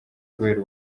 kubera